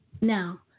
now